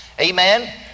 Amen